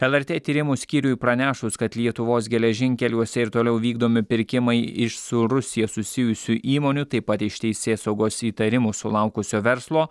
lrt tyrimų skyriui pranešus kad lietuvos geležinkeliuose ir toliau vykdomi pirkimai iš su rusija susijusių įmonių taip pat iš teisėsaugos įtarimų sulaukusio verslo